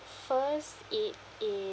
first it